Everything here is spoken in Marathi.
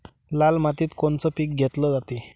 लाल मातीत कोनचं पीक घेतलं जाते?